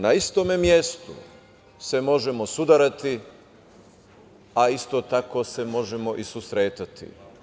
Na istom mestu se možemo sudarati, a isto tako se možemo i susretati.